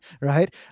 right